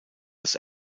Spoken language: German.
das